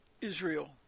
Israel